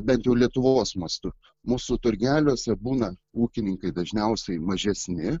bent jau lietuvos mastu mūsų turgeliuose būna ūkininkai dažniausiai mažesni